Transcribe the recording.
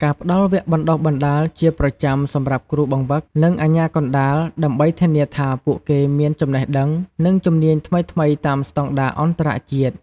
ការផ្តល់វគ្គបណ្តុះបណ្តាលជាប្រចាំសម្រាប់គ្រូបង្វឹក និងអាជ្ញាកណ្តាល ដើម្បីធានាថាពួកគេមានចំណេះដឹង និងជំនាញថ្មីៗតាមស្តង់ដារអន្តរជាតិ។